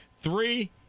Three